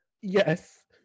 Yes